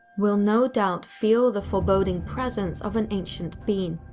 will no doubt feel the foreboding presence of an ancient being,